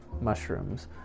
mushrooms